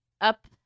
up